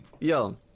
Yo